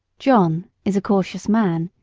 john is a cautious man,